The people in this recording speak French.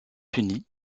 puni